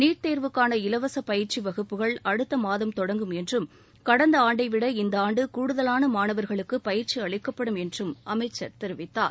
NEET தேர்வுக்கான இலவச பயிற்சி வகுப்புகள் அடுத்த மாதம் தொடங்கும் என்றும் கடந்த ஆண்டை விட இந்த ஆண்டு கூடுதலான மாணவர்களுக்கு பயிற்சி அளிக்கப்படும் என்றும் அமைச்சர் தெரிவித்தார்